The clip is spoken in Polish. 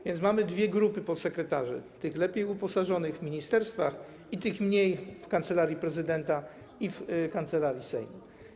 A więc mamy dwie grupy podsekretarzy: tych lepiej uposażonych w ministerstwach i tych mniej w kancelarii prezydenta i w kancelarii Sejmu.